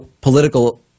political